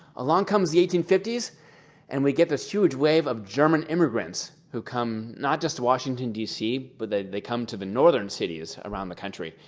along comes the eighteen fifty s and we get this huge wave of german immigrants who come not just to washington, d c. but they come to the northern cities around the country,